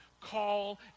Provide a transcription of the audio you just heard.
call